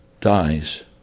dies